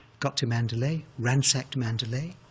got to mandalay, ransacked mandalay,